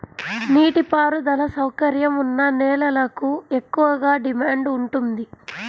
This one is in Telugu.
నీటి పారుదల సౌకర్యం ఉన్న నేలలకు ఎక్కువగా డిమాండ్ ఉంటుంది